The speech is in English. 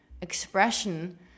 expression